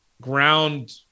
ground